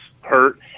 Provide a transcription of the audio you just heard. hurt